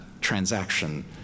transaction